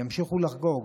ימשיכו לחגוג,